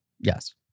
yes